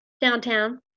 Downtown